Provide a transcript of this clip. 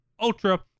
ultra